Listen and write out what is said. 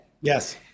Yes